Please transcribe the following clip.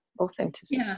authenticity